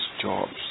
jobs